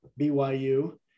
BYU